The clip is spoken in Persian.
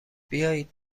بیایید